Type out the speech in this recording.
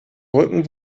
brücken